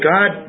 God